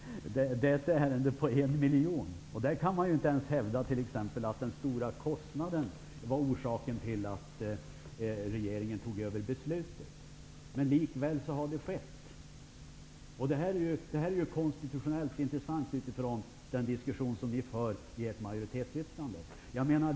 Det är ett ärende på 1 miljon. I det fallet kan man inte hävda att den stora kostnaden var orsaken till att regeringen tog över beslutet; likväl har det skett. Detta är konstitutionellt intressant med tanke på den diskussion ni för i ert majoritetsyttrande.